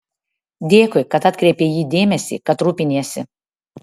dėkui kad atkreipei į jį dėmesį kad rūpiniesi